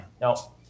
No